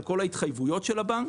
על כל ההתחייבויות של הבנק,